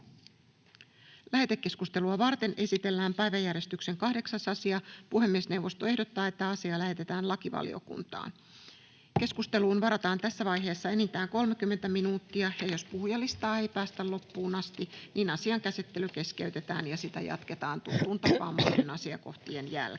Lähetekeskustelua varten esitellään päiväjärjestyksen 9. asia. Puhemiesneuvosto ehdottaa, että asia lähetetään hallintovaliokuntaan. Keskusteluun varataan tässä vaiheessa enintään 30 minuuttia. Jos puhujalistaa ei päästä läpi, asian käsittely keskeytetään ja sitä jatketaan muiden asiakohtien jälkeen.